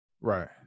Right